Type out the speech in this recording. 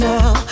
Now